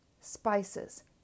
spices